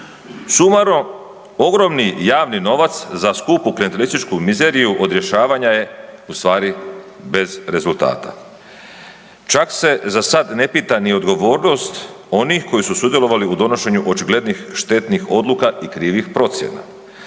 Sumarno, ogromni javni novac za skupu klijentelističku mizeriju od rješavanja je u stvari bez rezultata. Čak se za sad na pita odgovornost onih koji su sudjelovali u donošenju očiglednih štetnih odluka i krivih procjena.